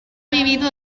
vivido